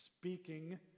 speaking